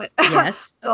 yes